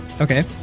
Okay